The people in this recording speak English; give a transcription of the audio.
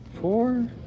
Four